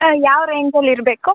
ಹಾಂ ಯಾವ ರೇಂಜಲ್ಲಿರಬೇಕು